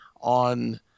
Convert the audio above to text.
On